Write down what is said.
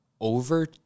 over